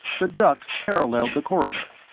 the duct paralleled the corridor.